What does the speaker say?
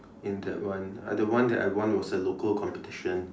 in that one uh the one that I won was a local competition